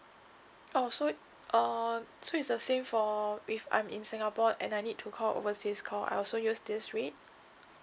oh so uh so is the same for if I'm in singapore and I need to call overseas call I also use this rate